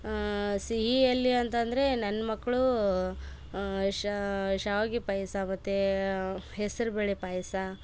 ಆ ಸಿಹಿಯಲ್ಲಿ ಅಂತಂದರೆ ನನ್ನ ಮಕ್ಕಳು ಶ್ಯಾವಿಗೆ ಪಾಯಸ ಮತ್ತು ಹೆಸರು ಬೇಳೆ ಪಾಯಸ